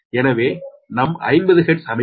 எனவே இது நம் 50 ஹெர்ட்ஸ் அமைப்பு